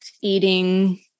eating